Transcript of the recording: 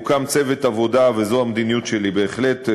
הוקם צוות עבודה, וזו המדיניות שלי, בהחלט.